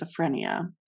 schizophrenia